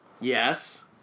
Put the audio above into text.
Yes